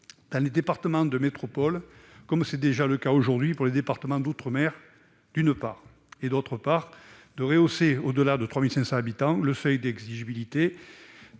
dans les départements de métropole, comme c'est déjà le cas dans les départements d'outre-mer, et, d'autre part, à rehausser au-delà de 3 500 habitants le seuil d'exigibilité